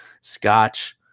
scotch